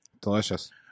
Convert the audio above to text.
delicious